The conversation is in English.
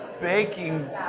baking